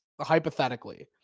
hypothetically